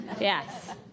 Yes